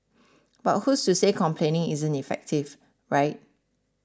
but who's to say complaining isn't effective right